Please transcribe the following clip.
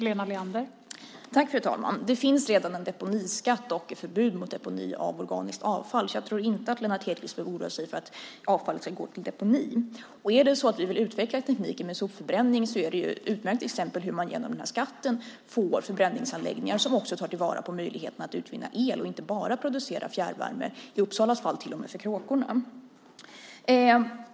Fru talman! Det finns redan en deponiskatt och ett förbud mot deponi av organiskt avfall, så jag tror inte att Lennart Hedquist behöver oroa sig för att avfallet ska gå till deponi. Vill vi utveckla tekniken med sopförbränning är detta ett utmärkt exempel hur man genom denna skatt får förbränningsanläggningar som också tar vara på möjligheten att utvinna el och inte bara producera fjärrvärme, i Uppsalas fall till och med för kråkorna.